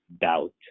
doubt